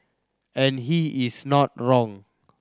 and he is not wrong